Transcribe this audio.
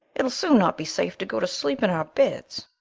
it'll soon not be safe to go to sleep in our beds.